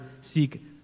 seek